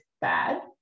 bad